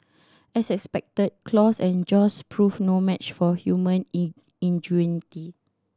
as expected claws and jaws proved no match for human in ingenuity